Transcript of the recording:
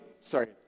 sorry